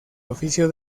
oficio